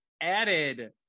added